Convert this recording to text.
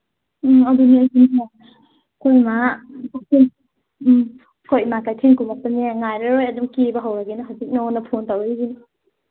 ꯎꯝ ꯑꯗꯨꯅꯦ ꯑꯩꯈꯣꯏ ꯏꯃꯥ ꯎꯝ ꯑꯩꯈꯣꯏ ꯏꯃꯥ ꯀꯩꯊꯦꯜ ꯀꯨꯝꯃꯛꯄꯅꯦ ꯉꯥꯏꯔꯔꯣꯏ ꯑꯗꯨꯝ ꯀꯦꯕ ꯍꯧꯔꯒꯦꯅ ꯍꯧꯖꯤꯛ ꯅꯉꯣꯟꯗ ꯐꯣꯟ ꯇꯧꯔꯛꯏꯁꯤꯅꯤ